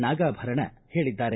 ನಾಗಾಭರಣ ಹೇಳಿದ್ದಾರೆ